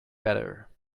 better